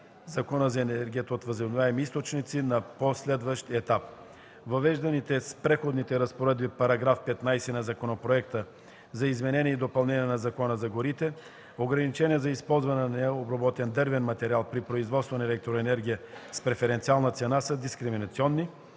Закона за енергията от възобновяемите източници на по-следващ етап. Въвежданите с Преходните разпоредби, § 15 на Законопроекта за изменение и допълнение на Закона за горите ограничения за използване на необработен дървен материал при производството на електроенергия с преференциална цена са дискриминационни.